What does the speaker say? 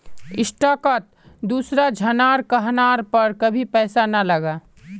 स्टॉकत दूसरा झनार कहनार पर कभी पैसा ना लगा